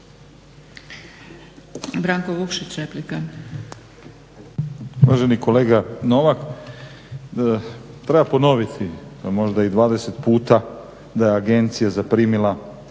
Branko Vukšić, replika.